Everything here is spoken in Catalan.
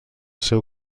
seu